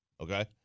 Okay